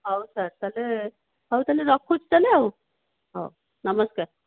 ହଉ ସାର୍ ତା'ହେଲେ ହଉ ତା'ହେଲେ ରଖୁଛି ତା'ହେଲେ ଆଉ ହଉ ନମସ୍କାର